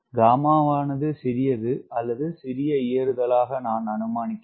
gamma ஆனது சிறியது அல்லது சிறிய ஏறுதல் என நான் அனுமானிக்கிறேன்